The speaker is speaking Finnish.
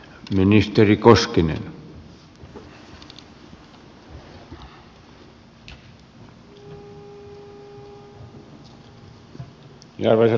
arvoisa herra puhemies